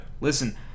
Listen